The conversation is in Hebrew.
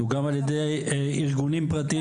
הוא גם על ידי ארגונים פרטיים.